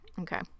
Okay